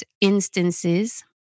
instances